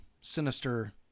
sinister